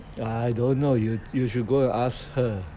I don't know you you should go and ask her